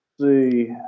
See